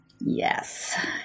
Yes